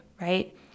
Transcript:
right